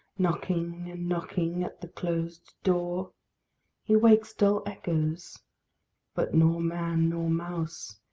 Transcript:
knocking and knocking at the closed door he wakes dull echoes but nor man nor mouse,